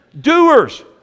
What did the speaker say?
Doers